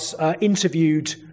interviewed